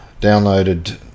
downloaded